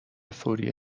فوری